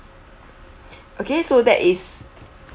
okay so that is